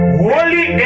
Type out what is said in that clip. holy